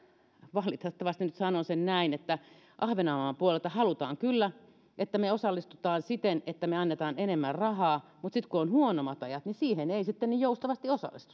valitettavasti nyt sanon sen näin että ahvenanmaan puolelta halutaan kyllä että me osallistumme siten että me annamme enemmän rahaa mutta sitten kun on huonommat ajat niin siihen ei sitten niin joustavasti